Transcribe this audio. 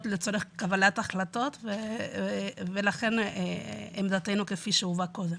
לצורך קבלת החלטות ולכן עמדתנו כפי שהובאה קודם.